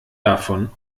davon